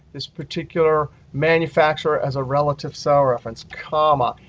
this particular manufacturer as a relative cell reference, comma.